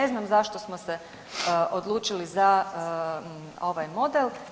Ne znam zašto smo se odlučili za ovaj model.